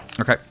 Okay